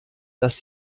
dass